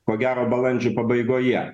ko gero balandžio pabaigoje